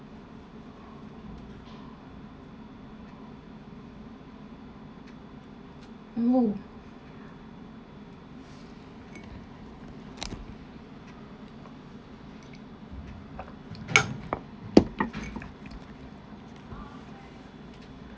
!whoa!